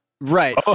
Right